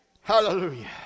Hallelujah